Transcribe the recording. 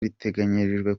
riteganyijwe